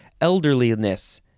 Elderliness